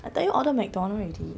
I thought you order McDonald's already